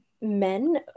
men